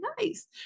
nice